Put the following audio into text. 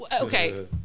Okay